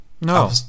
No